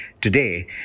today